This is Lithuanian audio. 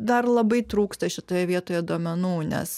dar labai trūksta šitoje vietoje duomenų nes